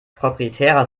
proprietärer